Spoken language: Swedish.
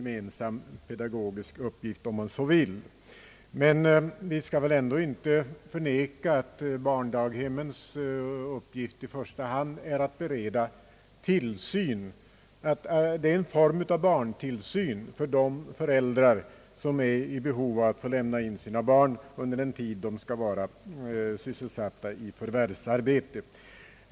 Men vi skall väl ändå inte förneka att barndaghemmens uppgift i första hand är att ge barntillsyn för de föräldrar som behöver lämna in sina barn för den tid då de själva är sysselsatta i förvärvsarbete.